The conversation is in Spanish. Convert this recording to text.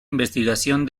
investigación